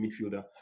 midfielder